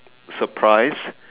surprise